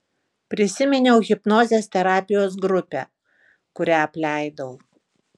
prisiminiau hipnozės terapijos grupę kurią apleidau